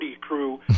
crew